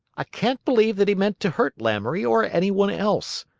i can't believe that he meant to hurt lamoury or any one else.